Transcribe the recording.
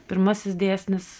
pirmasis dėsnis